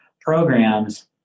programs